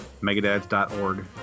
megadads.org